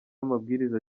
amabwiriza